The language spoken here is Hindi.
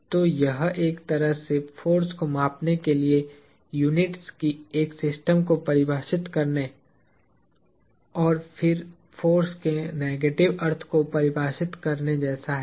तो यह एक तरह से फोर्स को मापने के लिए यूनिट्स की एक सिस्टम को परिभाषित करने और फिर फोर्स के नेगेटिव अर्थ को परिभाषित करने जैसा है